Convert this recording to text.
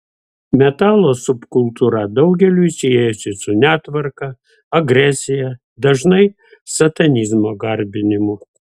metalo subkultūra daugeliui siejasi su netvarka agresija dažnai satanizmo garbinimu